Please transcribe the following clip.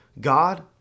God